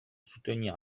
soutenir